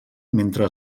mentre